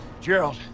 Gerald